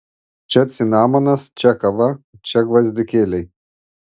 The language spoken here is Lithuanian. čia cinamonas čia kava čia gvazdikėliai